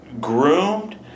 groomed